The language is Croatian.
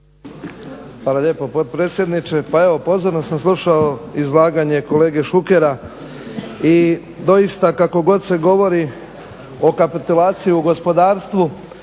Hvala lijepa potpredsjedniče. Pa evo, pozorno sam slušao izlaganje kolege Šukera i doista kako god se govori o kapitulaciji u gospodarstvu